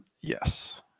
Yes